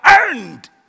earned